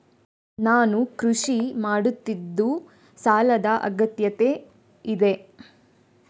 ನಾನು ಕೃಷಿ ಮಾಡುತ್ತಿದ್ದು ಸಾಲದ ಅಗತ್ಯತೆ ಇದೆ?